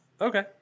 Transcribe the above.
Okay